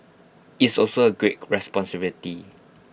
it's also A great responsibility